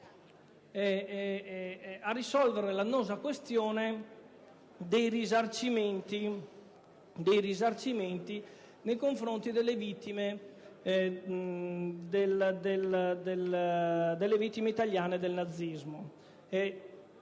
a risolvere l'annosa questione dei risarcimenti nei confronti delle vittime italiane del nazismo.